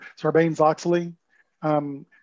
Sarbanes-Oxley